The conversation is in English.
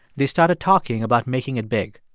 they started talking about making it big.